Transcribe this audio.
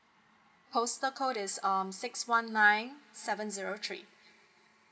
postal code is um six one nine seven zero three